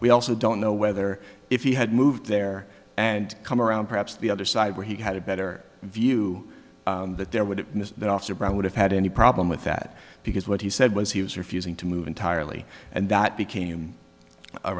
we also don't know whether if he had moved there and come around perhaps the other side where he had a better view that there wouldn't miss that officer brown would have had any problem with that because what he said was he was refusing to move entirely and that became